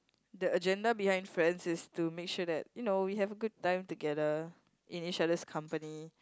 the agenda behind friends is to make sure that you know we have a good time together in each other's company